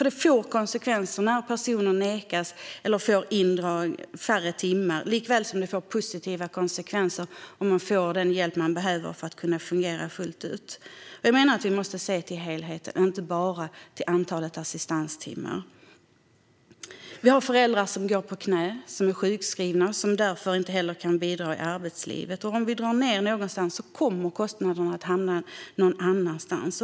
Det får konsekvenser när personer nekas eller får färre timmar, precis som det får positiva konsekvenser när någon får den hjälp den behöver för att kunna fungera fullt ut. Jag menar att vi måste se till helheten och inte bara till antalet assistanstimmar. Vi har föräldrar som går på knä, som är sjukskrivna och som därför inte kan bidra i arbetslivet. Om vi drar ned någonstans så kommer kostnaderna att hamna någon annanstans.